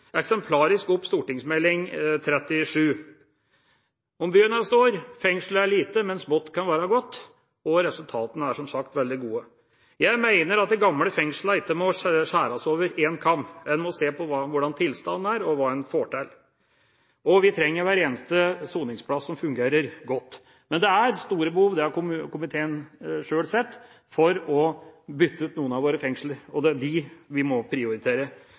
eksemplarisk opp St.meld. nr. 37 for 2007–2008. Om byen er stor, fengselet er lite – men smått kan være godt – resultatene er som sagt veldig gode. Jeg mener at man ikke må skjære de gamle fengslene over én kam. Man må se på hvordan tilstanden er, og hva man får til. Vi trenger hver eneste soningsplass som fungerer godt. Men det er store behov – det har komiteen sjøl sett – for å bytte ut noen av våre fengsler. Det er de vi må prioritere.